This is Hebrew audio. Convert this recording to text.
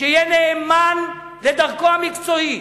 שיהיה נאמן לדרכו המקצועית.